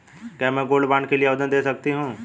क्या मैं gold bond के लिए आवेदन दे सकती हूँ?